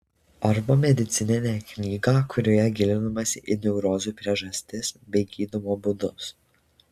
arba medicininę knygą kurioje gilinamasi į neurozių priežastis bei gydymo būdus